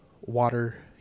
water